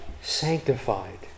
sanctified